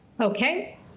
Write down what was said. Okay